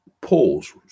pause